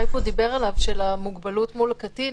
לגבי מוגבלות מול קטין,